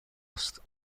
است